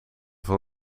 van